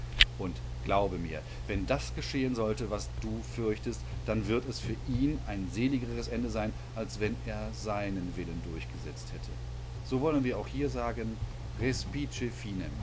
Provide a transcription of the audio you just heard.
und glaube mir wenn das geschehen sollte was du fürchtest dann wird es für ihn ein seligeres ende sein als wenn er seinen willen durchgesetzt hätte so wollen wir auch hier sagen respice